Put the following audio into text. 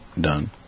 done